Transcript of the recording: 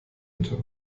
bitte